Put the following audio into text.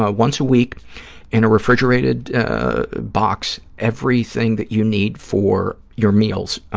ah once a week in a refrigerated box, everything that you need for your meals,